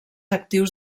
actius